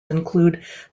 include